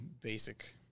basic